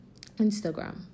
Instagram